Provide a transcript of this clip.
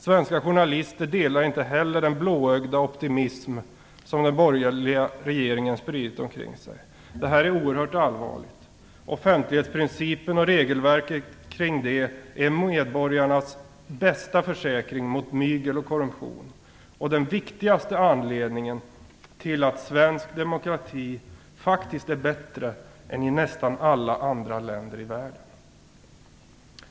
Svenska journalister delar inte heller den blåögda optimism som den borgerliga regeringen har spritt omkring sig. Det här är oerhört allvarligt. Offentlighetsprincipen och regelverket kring den är medborgarnas bästa försäkring mot mygel och korruption. Den är den viktigaste anledningen till att svensk demokrati faktiskt är bättre än demokratin i nästan alla andra länder i världen.